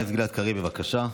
חבר הכנסת גלעד קריב, בבקשה.